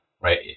right